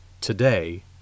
today